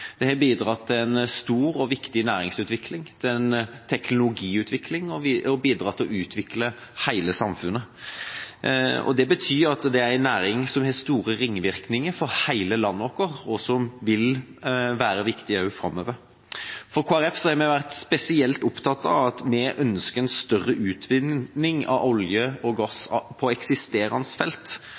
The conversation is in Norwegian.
Den har bidratt til en stor og viktig næringsutvikling, til en teknologiutvikling, og den har bidratt til å utvikle hele samfunnet. Det er en næring som har hatt store ringvirkninger for hele landet vårt, og som vil være viktig også framover. I Kristelig Folkeparti har vi vært spesielt opptatt av at vi ønsker en større utvinning av olje og gass på eksisterende felt.